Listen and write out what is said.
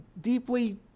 deeply